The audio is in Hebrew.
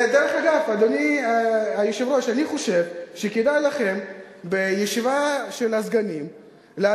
אני שואל אותך מה אתם עושים.